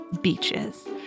beaches